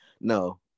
no